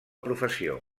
professió